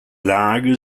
lage